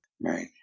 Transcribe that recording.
right